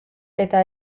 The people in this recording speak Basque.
eta